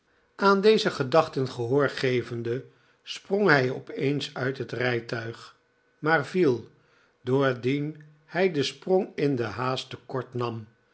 aan deze gedachten gehoor gevende sprang hij op e'ens uit het rijtuig maar viel doordien hij den sprang in de haast te kort nam